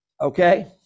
Okay